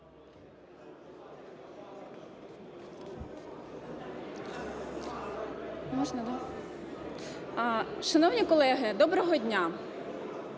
Шановні колеги, доброго дня.